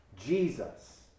Jesus